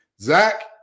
Zach